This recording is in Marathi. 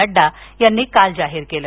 नडडा यांनी काल जाहीर केलं